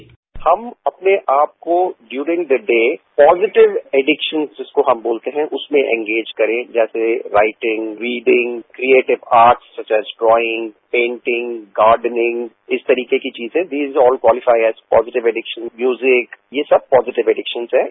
bite हम अपने आपको during the day positive addiction जिसको बोलते हैं उसमें इंगेज करें जैसे writing reading creative arts such as drawing painting gardening इस तरीके की चीजेंदीज all qualified positive addiction music ये सब पॉजिटिव एडिक्शनहैं